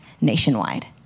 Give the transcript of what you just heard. nationwide